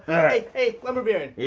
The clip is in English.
hey, hey. lumber baron.